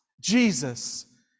Jesus